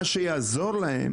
מה שיעזור להם,